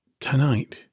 tonight